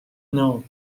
know